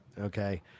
okay